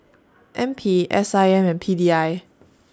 N P S I M and P D I